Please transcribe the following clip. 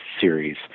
series